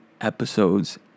episode's